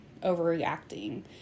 overreacting